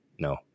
No